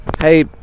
Hey